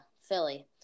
Philly